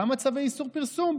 למה צווי איסור פרסום?